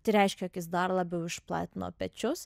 tai reiškia jog jis dar labiau išplatino pečius